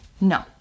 No